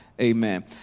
Amen